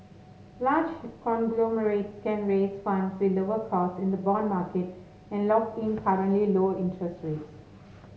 large conglomerates can raise funds with lower costs in the bond market and lock in currently low interest rates